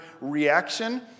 reaction